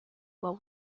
while